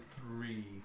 three